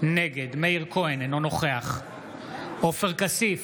נגד מאיר כהן, אינו נוכח עופר כסיף,